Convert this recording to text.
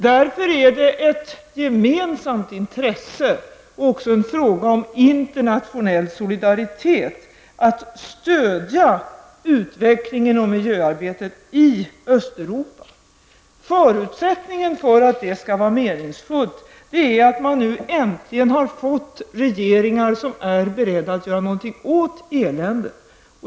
Det är därför att gemensamt intresse och också en fråga om internationell solidaritet att stödja utvecklingen av miljöarbetet i Östeuropa. Förutsättningen för att det skall vara meningsfullt är att man nu äntligen har fått regeringar som är beredda att göra någonting åt eländet.